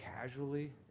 casually